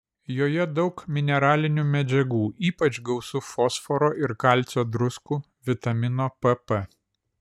joje daug mineralinių medžiagų ypač gausu fosforo ir kalcio druskų vitamino pp